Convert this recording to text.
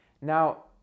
Now